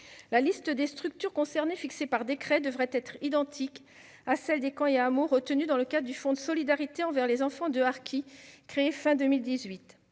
La liste des structures concernées, fixée par décret, devrait être identique à celle des camps et hameaux retenus dans le cadre du fonds de solidarité envers les enfants de harkis créé à la